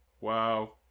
Wow